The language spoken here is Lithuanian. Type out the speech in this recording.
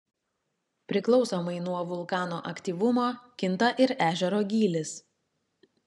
priklausomai nuo vulkano aktyvumo kinta ir ežero gylis